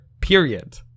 period